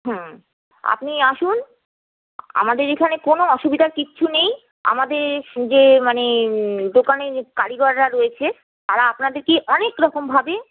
হুম আপনি আসুন আমাদের এখানে কোন অসুবিধার কিচ্ছু নেই আমাদের যে মানে দোকানে কারিগররা রয়েছে তারা আপনাদেরকে অনেক রকম ভাবে